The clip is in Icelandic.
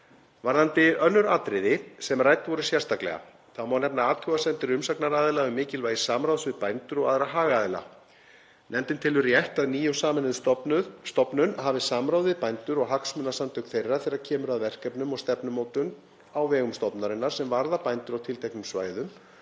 Varðandi önnur atriði sem rædd voru sérstaklega má nefna athugasemdir umsagnaraðila um mikilvægi samráðs við bændur og aðra hagaðila. Nefndin telur rétt að ný og sameinuð stofnun hafi samráð við bændur og hagsmunasamtök þeirra þegar kemur að verkefnum og stefnumótun á vegum stofnunarinnar sem varða bændur á tilteknum svæðum